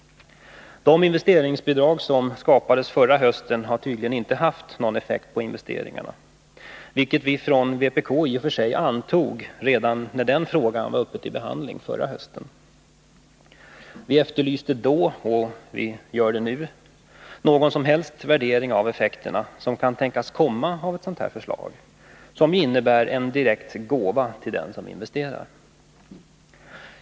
De investeringsbidrag som skapades förra hösten har tydligen inte haft någon effekt på investeringarna, vilket vi från vpk i och för sig redan antog när den frågan var uppe till behandling förra hösten. Vi efterlyste då, och vi gör det nu, en värdering av de effekter som kan tänkas komma av ett sådant här förslag, som ju innebär en direkt gåva till den som investerar.